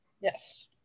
Yes